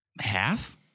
half